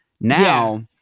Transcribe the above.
Now